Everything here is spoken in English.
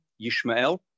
Yishmael